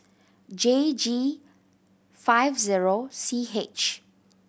J G five zero C H